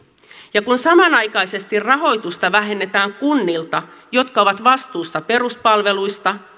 ja kun samanaikaisesti rahoitusta vähennetään kunnilta jotka ovat vastuussa peruspalveluista